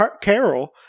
Carol